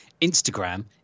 Instagram